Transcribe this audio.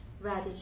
radish